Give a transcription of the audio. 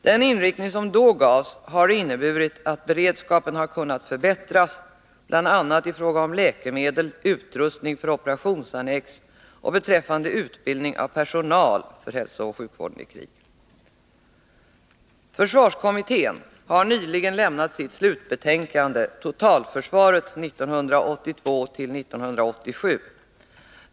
Denna inriktning har inneburit att beredskapen har kunnat förbättras, bl.a. i fråga om läkemedel, utrustning för operationsannex samt beträffande utbildning av personal för hälsooch sjukvården i krig. Försvarskommittén har nyligen lämnat sitt slutbetänkande Totalförsvaret 1982/87.